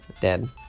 dead